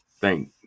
thank